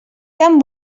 tan